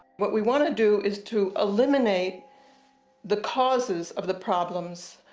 what we want to do is to eliminate the causes of the problems.